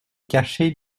cachée